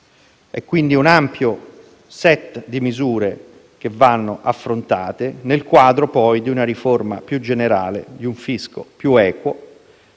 quindi di un ampio *set* di misure che vanno affrontate nel quadro di una riforma più generale di un fisco più equo,